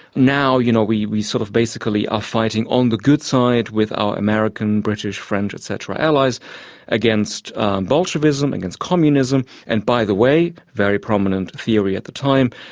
now you know we we sort of basically are fighting on the good side with our american, british, french et cetera allies against bolshevism, against communism and, by the way, a very prominent theory at the time,